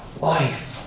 life